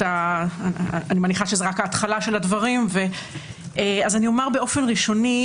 אומר באופן ראשוני,